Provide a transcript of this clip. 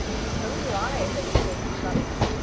so do i, if it would save you trouble.